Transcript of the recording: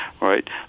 right